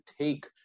take